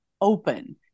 open